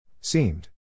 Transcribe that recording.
Seemed